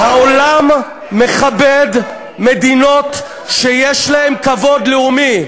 העולם מכבד מדינות שיש להן כבוד לאומי.